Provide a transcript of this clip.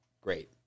Great